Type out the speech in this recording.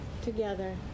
together